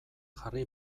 jarri